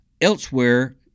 elsewhere